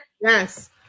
Yes